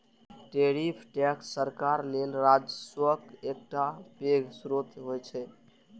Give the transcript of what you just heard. tariff tax सरकार लेल राजस्वक एकटा पैघ स्रोत होइ छै